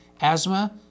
asthma